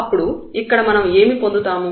అప్పుడు ఇక్కడ మనం ఏమి పొందుతాము